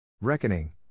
Reckoning